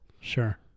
Sure